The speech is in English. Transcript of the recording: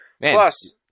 Plus